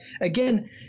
again